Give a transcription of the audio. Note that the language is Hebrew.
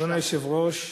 אדוני היושב-ראש,